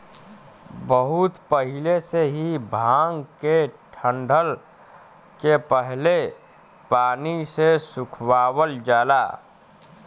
बहुत पहिले से ही भांग के डंठल के पहले पानी से सुखवावल जाला